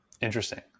Interesting